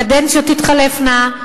קדנציות תתחלפנה,